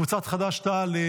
קבוצת חד"ש-תע"ל,